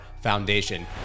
foundation